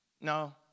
no